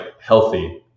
healthy